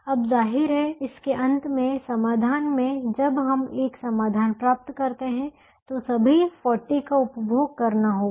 अब जाहिर है इसके अंत में समाधान में जब हम एक समाधान प्राप्त करते हैं तो सभी 40 का उपभोग करना होगा